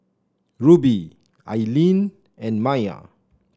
Rubie Ilene and Maia